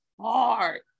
hard